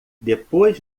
depois